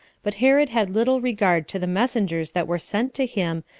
but herod had little regard to the messengers that were sent to him,